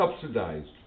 subsidized